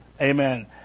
amen